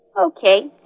Okay